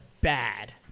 bad